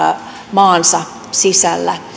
maansa sisällä